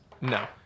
No